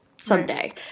someday